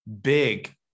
big